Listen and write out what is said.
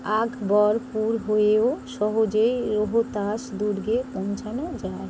আকবরপুর হয়েও সহজেই রোহতাস দুর্গে পৌঁছানো যায়